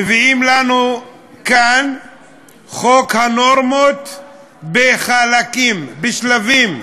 מביאים לנו כאן חוק הנורמות בחלקים, בשלבים,